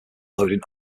loading